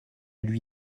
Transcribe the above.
lui